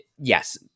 Yes